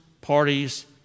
parties